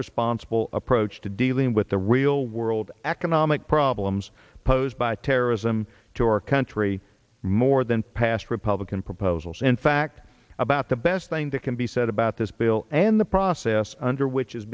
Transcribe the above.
responsible approach to dealing with the real world economic problems posed by terrorism to our country more than past republican proposals in fact about the best thing that can be said about this bill and the process under which is